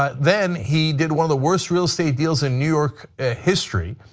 but then he did one of the worst real estate deals in new york ah history,